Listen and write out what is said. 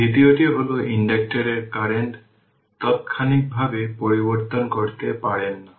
দ্বিতীয়টি হল ইন্ডাক্টরের কারেন্ট তাৎক্ষণিকভাবে পরিবর্তন করতে পারে না